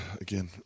again